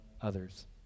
others